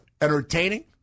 entertaining